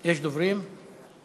יש דוברים?